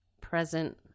present